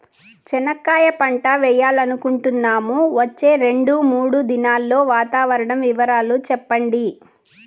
చెనక్కాయ పంట వేయాలనుకుంటున్నాము, వచ్చే రెండు, మూడు దినాల్లో వాతావరణం వివరాలు చెప్పండి?